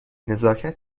نزاکت